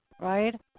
right